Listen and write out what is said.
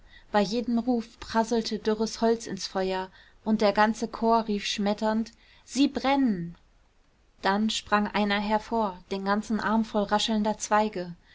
bei jedem ruf prasselte dürres holz ins feuer und der ganze chor rief schmetternd sie brennen dann sprang einer hervor den ganzen arm voll raschelnder zweige